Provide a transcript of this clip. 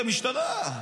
את המשטרה.